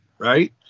Right